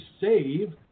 save